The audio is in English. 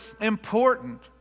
important